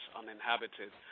uninhabited